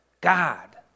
God